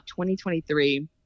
2023